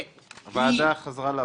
הוועדה חזרה לעבודה.